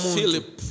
Philip